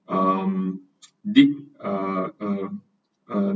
um deep um um um